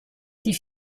die